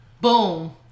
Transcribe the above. Boom